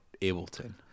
Ableton